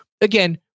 again